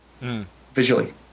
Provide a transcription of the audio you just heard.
Visually